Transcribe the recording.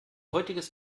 heutiges